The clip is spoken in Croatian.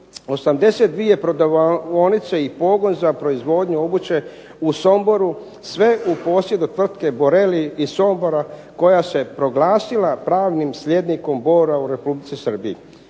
82 prodavaonice i pogon za proizvodnju obuće u Somboru, sve u posjedu Tvrtke BONELA iz Sombora koja se proglasila pravnim sljednikom Borova u Republici Srbiji.